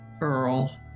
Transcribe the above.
Earl